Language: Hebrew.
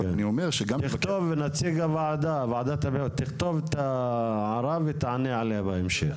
אבל אני אומר נציג וועדת הבריאות תכתוב את ההערה ותענה עליה בהמשך.